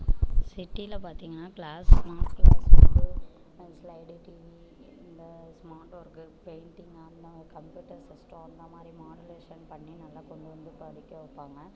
சிட்டியில பார்த்திங்கனா class smart class வந்து ஸ்லைடு டிவி இந்த ஸ்மார்ட் ஒர்க்கு பெயிண்டிங் அந்த மாதிரி கம்ப்யூட்டர் சிஸ்ட்டம் அந்த மாதிரி மாடுலேஷன் பண்ணி நல்லா கொண்டு வந்து படிக்க வைப்பாங்க